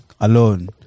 alone